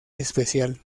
especial